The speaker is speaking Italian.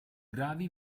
gravi